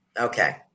Okay